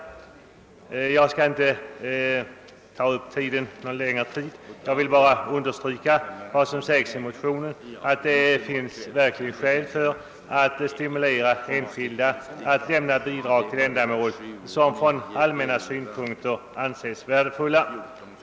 Jag skall därför inte alltför mycket uppta kammarens tid, utan vill bara understryka vad som framhållits i motionen om att det verkligen finns skäl att stimulera enskilda att lämna bidrag till ändamål som från allmänna synpunkter anses värdefulla.